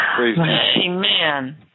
Amen